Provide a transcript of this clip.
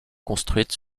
construites